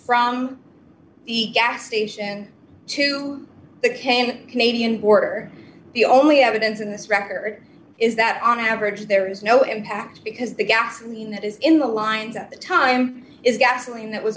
from the gas station to the came canadian border the only evidence in this record is that on average there is no impact because the gasoline that is in the lines at the time is gasoline that was